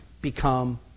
become